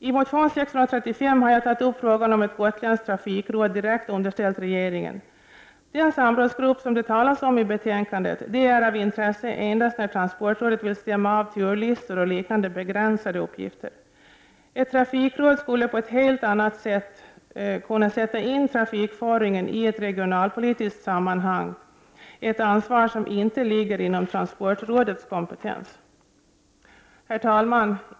I motion 635 har jag tagit upp frågan om ett gotländskt trafikråd direkt underställt regeringen. Den samrådsgrupp som det talas om i betänkandet är av intresse endast när transportrådet vill stämma av turlistor och vid liknande begränsade uppgifter. Ett trafikråd skulle på ett helt annat sätt kunna sätta in trafikföringen i ett regionalpolitiskt sammanhang, ett ansvar som inte ligger inom transportrådets kompetensområde. Herr talman!